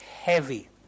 Heavy